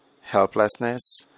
helplessness